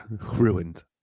Ruined